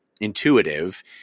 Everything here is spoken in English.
intuitive